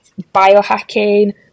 biohacking